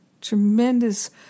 Tremendous